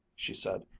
she said,